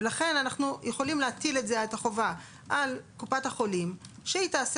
לכן אנחנו יכולים להטיל את החובה על קופת החולים שהיא תעשה